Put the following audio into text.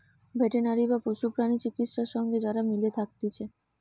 veterinary বা পশু প্রাণী চিকিৎসা সঙ্গে যারা মিলে থাকতিছে